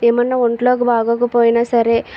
ఏమన్నా ఒంట్లో బాగలేకపోయినా సరే